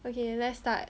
okay let's start